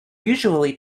usually